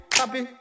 happy